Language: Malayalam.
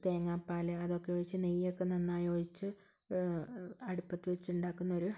തേങ്ങാപ്പാൽ അതൊക്കെ ഒഴിച്ച് നെയ്യൊക്കെ നന്നായി ഒഴിച്ച് അടുപ്പത്ത് വച്ച് ഉണ്ടാക്കുന്ന ഒരു